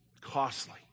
costly